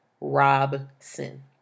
Robson